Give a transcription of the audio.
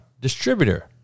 distributor